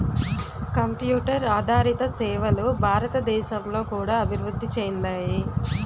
computer ఆదారిత సేవలు భారతదేశంలో కూడా అభివృద్ధి చెందాయి